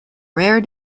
rare